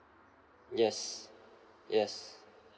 yes yes